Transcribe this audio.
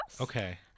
Okay